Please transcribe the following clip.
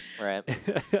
right